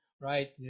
Right